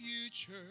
future